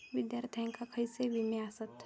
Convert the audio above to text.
विद्यार्थ्यांका खयले विमे आसत?